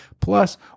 Plus